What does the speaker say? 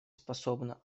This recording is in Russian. способно